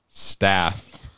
Staff